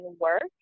work